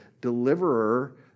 deliverer